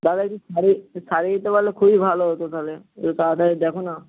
দাদা একটু সারিয়ে সারিয়ে দিতে পারলে খুবই ভালো হতো তাহলে একটু তাড়াতাড়ি দেখো না